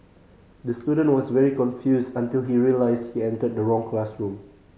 the student was very confused until he realised he entered the wrong classroom